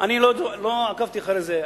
אני לא עקבתי אחרי זה.